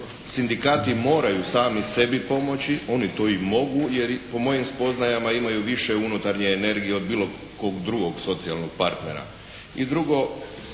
Sindikati moraju sami sebi pomoći, oni to i mogu. Jer po mojim spoznajama imaju više unutarnje energije od bilo kog drugog socijalnog partnera.